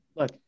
look